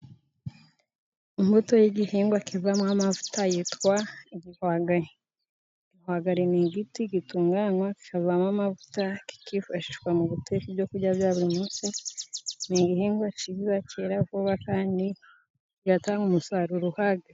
Imbuto y'igihingwa kivamo amavuta yitwa igihwagari. Igihwagari ni igiti gitunganywa kivamo amavuta, kikifashishwa mu guteka ibyo kurya bya buri munsi. Ni igihingwa cyiza, cyera vuba kandi kigatanga umusaruro uhagije.